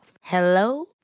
Hello